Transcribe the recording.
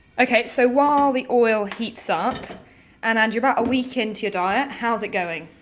okay so while the oil heats up and and you're about a week into your diet, how's it going?